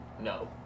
No